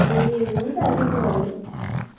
ए हुन्छ त्यसो भने